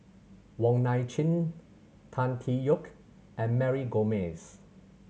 Wong Nai Chin Tan Tee Yoke and Mary Gomes